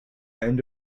end